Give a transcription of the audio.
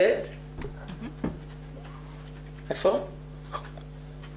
תודה רבה שניתנה לי אפשרות לדבר פה בוועדה